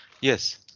Yes